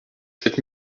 sept